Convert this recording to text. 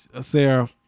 Sarah